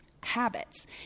habits